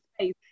space